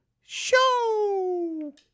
Show